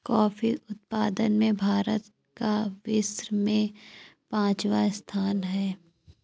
coffee उत्पादन में भारत का विश्व में पांचवा स्थान है